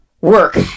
work